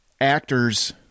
actors